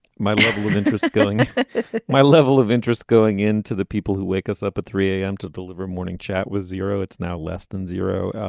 my level of interest going to my level of interest going into the people who wake us up at three a m. to deliver morning chat with zero it's now less than zero.